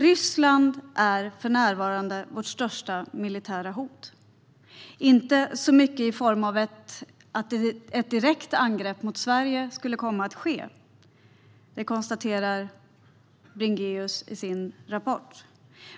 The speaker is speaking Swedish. Ryssland är för närvarande vårt största militära hot. Det är inte så mycket ett hot i form av att ett direkt angrepp mot Sverige skulle komma att ske, som Bringéus konstaterar i sin rapport.